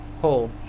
Hole